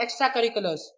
extracurriculars